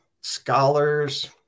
scholars